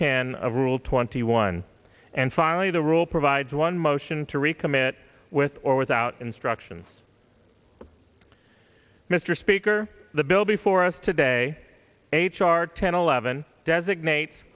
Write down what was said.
ten of rule twenty one and finally the rule provides one motion to recommit with or without instructions mr speaker the bill before us today h r ten eleven designates